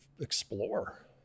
explore